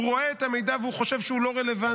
הוא רואה את המידע והוא חושב שהוא לא רלוונטי,